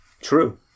true